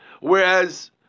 Whereas